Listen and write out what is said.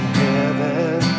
heaven